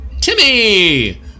Timmy